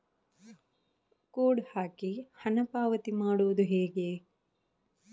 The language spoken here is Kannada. ಕೋಡ್ ಹಾಕಿ ಹಣ ಪಾವತಿ ಮಾಡೋದು ಹೇಗೆ?